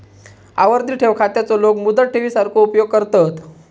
आवर्ती ठेव खात्याचो लोक मुदत ठेवी सारखो उपयोग करतत